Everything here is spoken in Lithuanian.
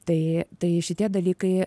tai tai šitie dalykai